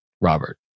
Robert